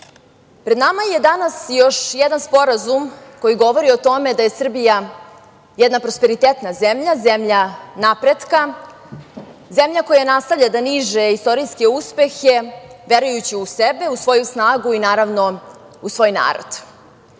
pred nama je danas još jedan sporazum koji govori o tome da je Srbija jedna prosperitetna zemlja, zemlja napretka, zemlja koja nastavlja da niže istorijske uspehe verujući u sebe, u svoju snagu i naravno u svoj narod. Iz